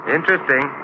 Interesting